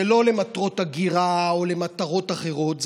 זה לא למטרות הגירה או למטרות אחרות,